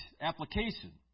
application